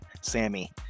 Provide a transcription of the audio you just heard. Sammy